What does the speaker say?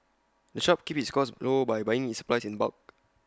the shop keeps its costs low by buying its supplies in bulk